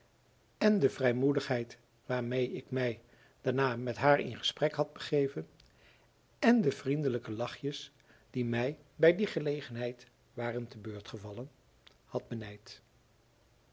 èn de vrijmoedigheid waarmee ik mij daarna met haar in gesprek had begeven èn de vriendelijke lachjes die mij bij die gelegenheid waren te beurt gevallen had benijd